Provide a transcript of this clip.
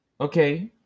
Okay